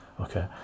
okay